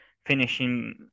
Finishing